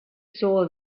saw